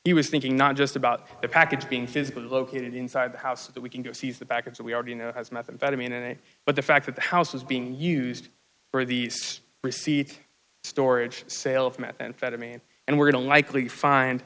he was thinking not just about the package being physically located inside the house that we can go see the back of what we already know as methamphetamine and but the fact that the house is being used for the receipt storage sale of methamphetamine and we're going to likely find